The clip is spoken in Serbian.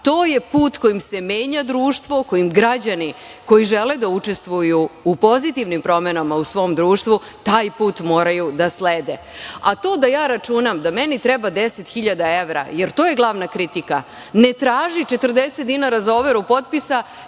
To je put kojim se menja društva, kojim građani koji žele da učestvuju u pozitivnim promenama u svom društvu, taj put moraju da slede.A to da ja računam da meni treba deset hiljada evra, jer to je glavna kritika, ne traži 40 dinara za overu potpisa,